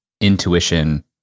intuition